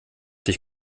dich